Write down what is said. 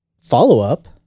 follow-up